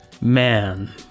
Man